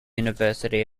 university